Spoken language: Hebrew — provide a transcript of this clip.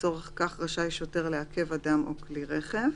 לצורך כך רשאי שוטר לעכב אדם או כלי רכב,